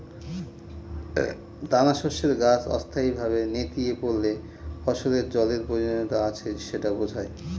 দানাশস্যের গাছ অস্থায়ীভাবে নেতিয়ে পড়লে ফসলের জলের প্রয়োজনীয়তা আছে সেটা বোঝায়